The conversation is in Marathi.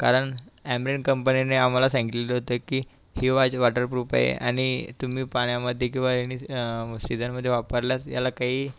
कारण ॲम्रेन कंपनीने आम्हाला सांगितलेलं होतं की ही वॉच वॉटरप्रूफ आहे आणि तुम्ही पाण्यामध्ये किंवा रेनी सिझनमध्ये वापरल्यास याला काही